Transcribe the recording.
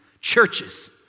Churches